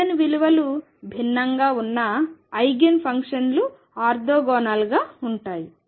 eigen విలువలు భిన్నంగా ఉన్నఐగెన్ ఫంక్షన్లు ఆర్తోగోనల్గా ఉంటాయి